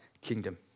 kingdom